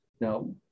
Now